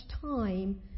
time